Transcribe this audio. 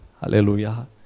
Hallelujah